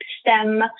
STEM